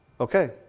Okay